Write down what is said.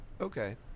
Okay